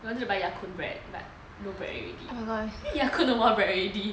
I wanted to buy ya kun bread but no bread already I think ya kun no more bread already